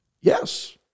Yes